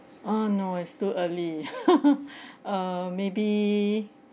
uh no is too early err maybe